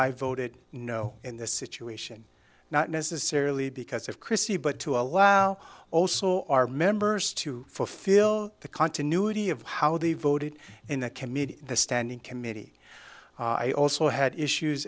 i voted no in this situation not necessarily because of chrissy but to allow also our members to fulfill the continuity of how they voted in the committee the standing committee i also had issues